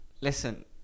listen